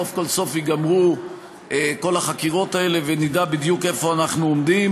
סוף כל סוף ייגמרו כל החקירות האלה ונדע בדיוק איפה אנחנו עומדים,